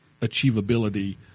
achievability